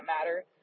matter